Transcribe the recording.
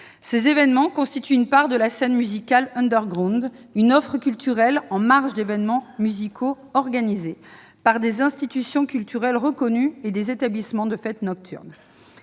Ils constituent une part de la scène musicale « underground », une offre culturelle en marge des événements musicaux organisés par des institutions culturelles reconnues et des établissements de fêtes nocturnes.